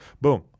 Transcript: boom